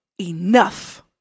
enough